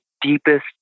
deepest